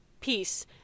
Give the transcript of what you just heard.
peace